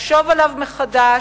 לחשוב עליו מחדש,